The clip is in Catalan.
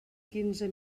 quinze